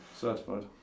Certified